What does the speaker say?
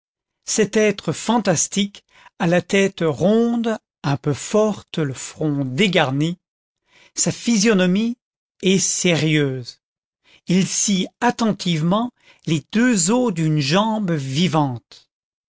cet être fantastique a la tête ronde un peu forte le front dégarni sa physionomie est sérieuse il scie attentivement les deux os d'une jambe vivante